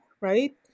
right